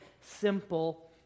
simple